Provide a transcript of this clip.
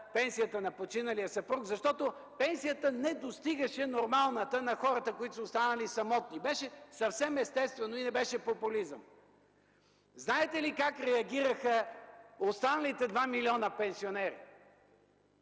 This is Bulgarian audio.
пенсията на починалия съпруг, защото нормалната пенсията не достигаше на хората, които са останали самотни. Беше съвсем естествено и не беше популизъм. Знаете ли как реагираха останалите два милиона пенсионери?